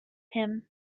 him